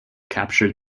captured